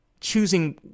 choosing